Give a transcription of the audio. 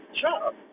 job